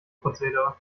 prozedere